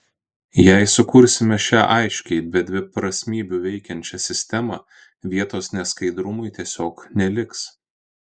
jei sukursime šią aiškiai be dviprasmybių veikiančią sistemą vietos neskaidrumui tiesiog neliks